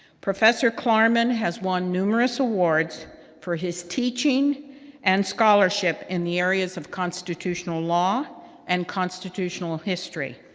professor klarman has won numerous awards for his teaching and scholarship in the areas of constitutional law and constitutional history.